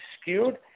skewed